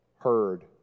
heard